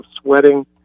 sweating